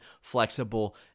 flexible